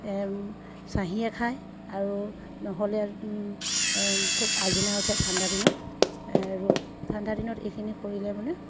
চাহীয়ে খায় আৰু নহ'লে খুব আছিনা উঠে ঠাণ্ডা দিনত ঠাণ্ডা দিনত এইখিনি কৰিলে মানে